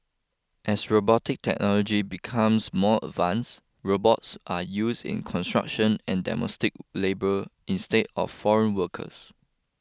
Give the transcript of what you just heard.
as robotic technology becomes more advance robots are use in construction and domestic labour instead of foreign workers